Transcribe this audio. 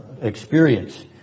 experience